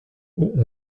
haut